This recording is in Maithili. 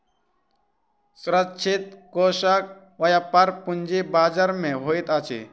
सुरक्षित कोषक व्यापार पूंजी बजार में होइत अछि